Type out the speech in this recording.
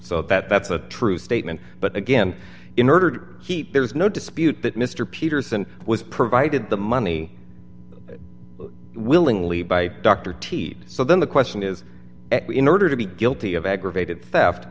so that that's a true statement but again in order to keep there is no dispute that mr peterson was provided the money willingly by dr t so then the question is in order to be guilty of aggravated theft